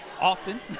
often